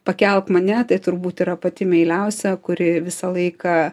pakelk mane tai turbūt yra pati meiliausia kuri visą laiką